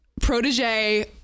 protege